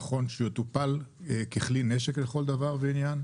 נכון שיטופל ככלי נשק לכל דבר ועניין.